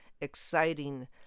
exciting